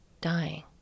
dying